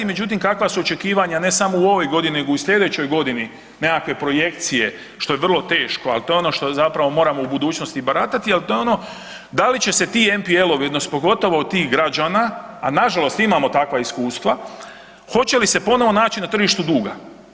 Međutim, kakva su očekivanja ne samo u ovoj godini nego i u slijedećoj godini, nekakve projekcije, što je vrlo teško, a to je ono što zapravo moramo u budućnosti baratati, al to je ono dal će se ti MPL-ovi odnosno pogotovo od tih građana, a nažalost imamo takva iskustva, hoće li se ponovo naći na tržištu duga.